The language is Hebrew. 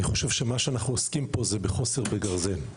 חושב שמה שאנחנו עוסקים בו פה זה חוסר בגרזן.